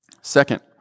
Second